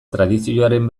tradizioaren